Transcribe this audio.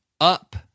up